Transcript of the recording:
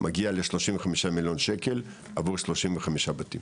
מגיע ל-35 מיליון שקל עבור 35 בתים,